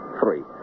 three